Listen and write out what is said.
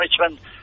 Richmond